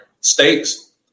states